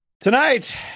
tonight